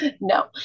No